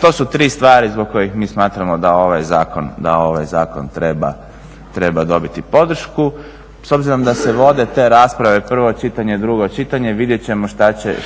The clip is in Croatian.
to su tri stvari zbog kojih mi smatramo da ovaj zakon treba dobiti podršku. S obzirom da se vode te rasprave prvo čitanje, drugo čitanje vidjet ćemo